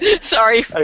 Sorry